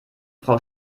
frau